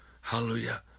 Hallelujah